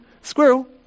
Squirrel